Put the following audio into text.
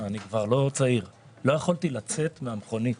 אני כבר לא צעיר, לא יכולתי לצאת מהמכונית.